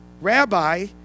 Rabbi